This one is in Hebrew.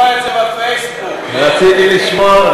תקבע אתו בפייסבוק, רציתי לשמוע,